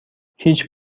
هیچ